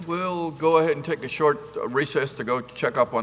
we'll go ahead and take a short recess to go check up on